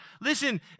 Listen